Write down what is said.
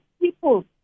people